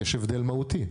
יש הבדל מהותי.